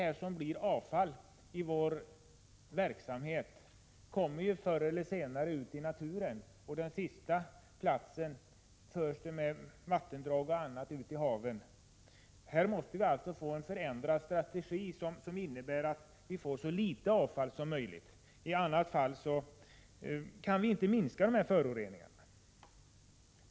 Allt som blir avfall i vår verksamhet kommer förr eller senare ut i naturen. Vattendrag o. d. för ju avfallet ut till haven. Vi måste få en förändrad strategi som innebär att vi får så litet avfall som möjligt. Annars kan vi inte minska föroreningarna.